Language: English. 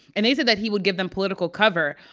and they said that he would give them political cover.